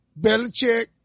Belichick